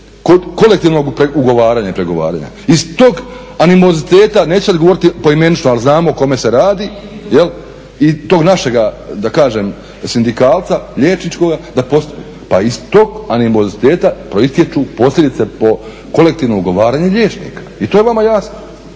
kolektivnog ugovaranja, pregovaranja. Iz tog animoziteta, neću sada govoriti poimenično ali znamo o kome se radi i tog našega da kažem sindikalca liječničkoga. Pa iz tog animoziteta proistječu posljedice po kolektivno ugovaranje liječnika i to je vama jasno.